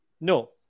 No